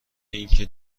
اینکه